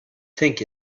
think